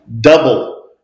double